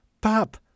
pap